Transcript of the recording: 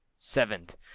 seventh